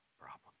problem